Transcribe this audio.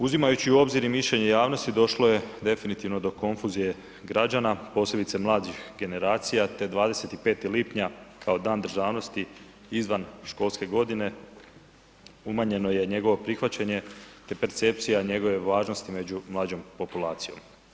Uzimajući u obzir i mišljenje javnosti, došlo je definitivno do konfuzije građana, posebice mladih generacija te 25. lipnja kao Dan državnosti izvan školske godine, umanjeno je njegovo prihvaćenje te percepcija njegove važnosti među mlađom populacijom.